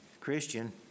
Christian